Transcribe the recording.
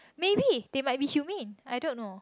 maybe they might be humane I don't know